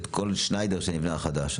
ואת כל שניידר החדש שנבנה.